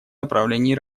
направлений